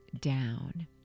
down